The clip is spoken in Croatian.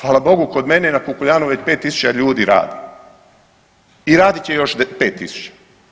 Hvala Bogu, kod mene na Kukuljanovu je 5000 ljudi radi i radit će još 5000.